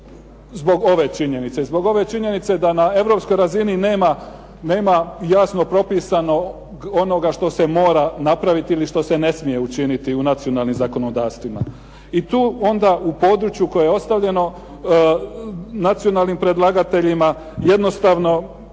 zbog ove činjenice, zbog ove činjenice da na europskoj razini nema jasno propisano onoga što se mora napraviti ili što se ne smije učiniti u nacionalnim zakonodavstvima. I tu onda u području koje je ostavljeno nacionalnim predlagateljima, jednostavno